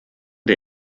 der